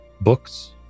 books